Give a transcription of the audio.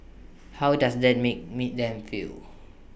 how does that make me them feel